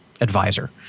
advisor